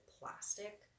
plastic